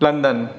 London